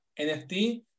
nft